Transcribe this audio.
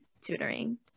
tutoring